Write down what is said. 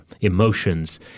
emotions